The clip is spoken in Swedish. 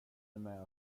med